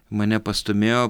mane pastūmėjo